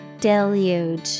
Deluge